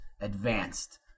advanced